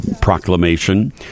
proclamation